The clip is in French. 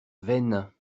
veynes